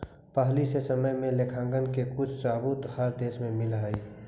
पहिले के समय में लेखांकन के कुछ सबूत हर देश में मिलले हई